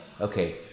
Okay